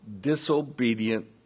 disobedient